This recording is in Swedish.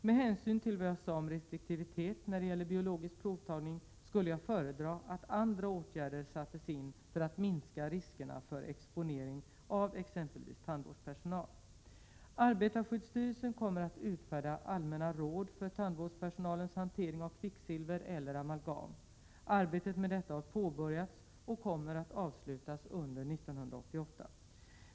Med hänsyn till vad jag sade om restriktivitet när det gäller biologisk provtagning skulle jag föredra att andra åtgärder sattes in för att minska riskerna för exponering av exempelvis tandvårdspersonal. Arbetarskyddsstyrelsen kommer att utfärda allmänna råd för tandvårdspersonalens hantering av kvicksilver eller amalgam. Arbetet med detta har påbörjats och kommer att avslutas under 1988.